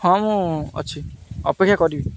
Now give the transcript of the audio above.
ହଁ ମୁଁ ଅଛି ଅପେକ୍ଷା କରିବି